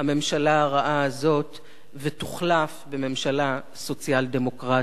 הממשלה הרעה הזאת ותוחלף בממשלה סוציאל-דמוקרטית,